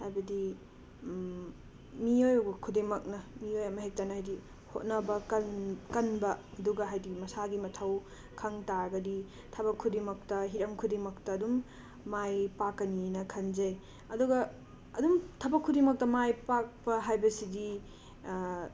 ꯍꯥꯏꯕꯗꯤ ꯃꯤꯑꯣꯏꯕ ꯈꯨꯗꯤꯡꯃꯛꯅ ꯃꯤꯑꯣꯏ ꯑꯃ ꯍꯦꯛꯇꯅ ꯍꯥꯏꯗꯤ ꯍꯣꯠꯅꯕ ꯀꯟ ꯀꯟꯕ ꯑꯗꯨꯒ ꯍꯥꯏꯗꯤ ꯃꯁꯥꯒꯤ ꯃꯊꯧ ꯈꯪꯕ ꯇꯥꯔꯒꯗꯤ ꯊꯕꯛ ꯈꯨꯗꯤꯡꯃꯛꯇ ꯍꯤꯔꯝ ꯈꯨꯗꯤꯡꯃꯛꯇ ꯑꯗꯨꯝ ꯃꯥꯏ ꯄꯥꯛꯀꯅꯤꯅ ꯈꯟꯖꯩ ꯑꯗꯨꯒ ꯑꯗꯨꯝ ꯊꯕꯛ ꯈꯨꯗꯤꯡꯃꯛꯇ ꯃꯥꯏ ꯄꯥꯛꯄ ꯍꯥꯏꯕꯁꯤꯗꯤ